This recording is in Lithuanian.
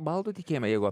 baltų tikėjimą jeigu